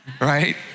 Right